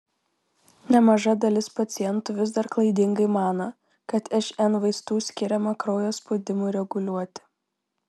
nemaža dalis pacientų vis dar klaidingai mano kad šn vaistų skiriama kraujo spaudimui reguliuoti